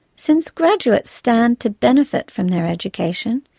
since graduates stand to benefit from their education,